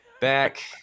back